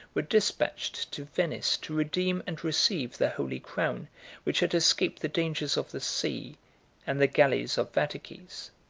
were despatched to venice to redeem and receive the holy crown which had escaped the dangers of the sea and the galleys of vataces.